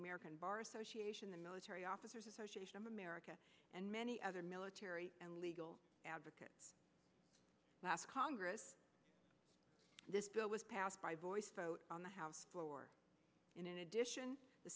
american bar association the military officers association of america and many other military and legal advocate after congress this bill was passed by voice vote on the house floor and in addition the